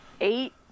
eight